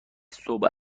صبح